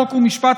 חוק ומשפט,